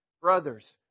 brothers